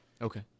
Okay